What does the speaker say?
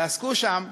ועסקו שם